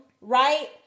right